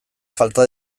falta